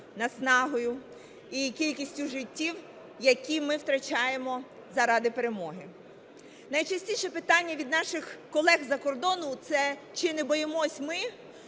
наснагою і кількістю життів, які ми втрачаємо заради перемоги. Найчастіше питання від наших колег з-за кордону – це чи не боїмося ми,